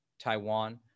Taiwan